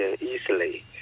easily